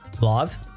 Live